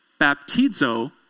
baptizo